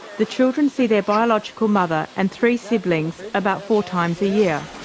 the children see their biological mother and three siblings about four times a year.